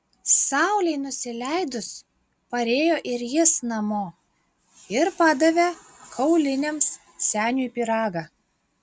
saulei nusileidus parėjo ir jis namo ir padavė kauliniams seniui pyragą